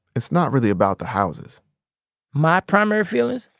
it's not really about the houses my primary feelings.